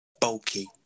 bulky